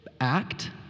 act